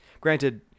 granted